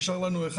נשאר אחד.